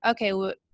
okay